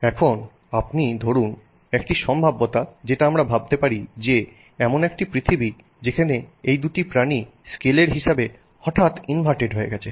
এখন আপনি ধরুনএকটি সম্ভাব্যতা যেটা আমরা ভাবতে পারি যে এমন একটি পৃথিবী যেখানে এই দুটি প্রাণী স্কেলের হিসাবে হঠাৎ ইনভার্টেড হয়ে গেছে